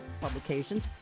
publications